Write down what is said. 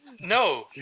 No